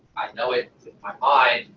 i know it with my mind,